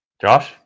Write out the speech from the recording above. Josh